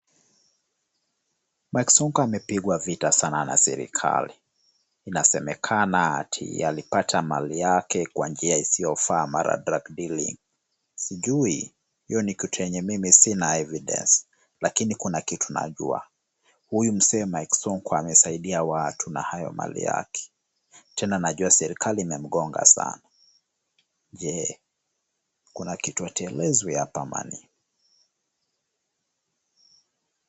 Mike Sonko amepigwa vita sana na serikali , inasemekana kua ati amepata mali yake kwa njia isiyofaa mara drug dealing (cs),sijui , hiyo ni kitu yenye Mimi Sina evidence (cs)lakini Kuna kitu najua huyu mzee Mike Sonko amesaidia watu na hayo mali yake tena najua serikali imemgonga sana ,je kuna kitu hatuelezwi hapa mahali.